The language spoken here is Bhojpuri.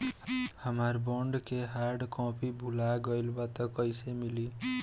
हमार बॉन्ड के हार्ड कॉपी भुला गएलबा त कैसे मिली?